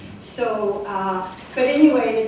so anyway,